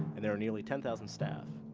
and there are nearly ten thousand staff.